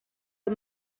amb